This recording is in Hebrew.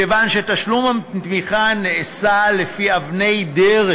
כיוון שתשלום התמיכה נעשה לפי אבני דרך.